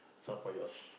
this one for your